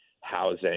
housing